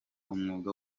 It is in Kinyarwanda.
umwuga